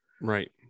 Right